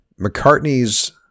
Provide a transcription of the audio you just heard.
McCartney's